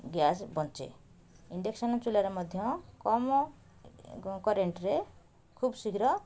gas ବଞ୍ଚେ induction ଚୁଲାରେ ମଧ୍ୟ କମ୍ କରେଣ୍ଟ୍ରେ ଖୁବ୍ ଶୀଘ୍ର